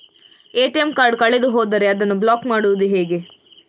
ATM card ಕಳೆದು ಹೋದರೆ ಅದನ್ನು ಬ್ಲಾಕ್ ಮಾಡುವುದು ಹೇಗೆ?